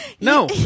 No